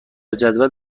جدول